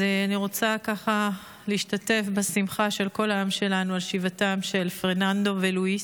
אני רוצה להשתתף בשמחה של כל העם שלנו על שיבתם של פרננדו ולואיס,